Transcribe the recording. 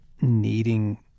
needing